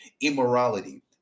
immorality